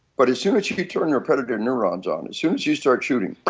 but as soon as you turn your predator neurons on, as soon as you start shooting,